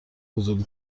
فضولی